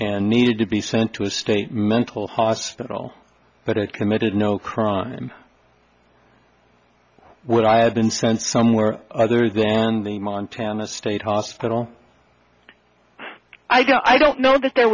and needed to be sent to a state mental hospital but it committed no crime would i have been sent somewhere other than the montana state hospital i don't know that there